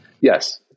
Yes